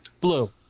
Blue